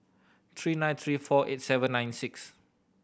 three nine three four eight seven nine six